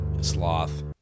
Sloth